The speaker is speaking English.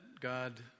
God